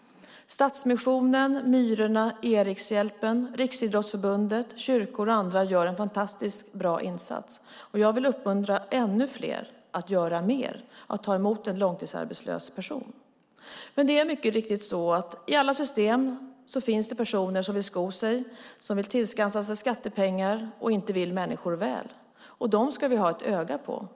Stadsmissionen, Myrorna, Erikshjälpen, Riksidrottsförbundet, kyrkor och andra gör en fantastiskt bra insats. Jag vill uppmuntra ännu fler att göra mer och att ta emot en långtidsarbetslös person. Det är dock mycket riktigt så att det i alla system finns personer som vill sko sig och tillskansa sig skattepengar och som inte vill människor väl. Dem ska vi ha ett öga på.